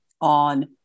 on